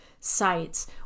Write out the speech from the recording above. sites